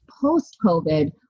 post-COVID